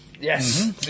Yes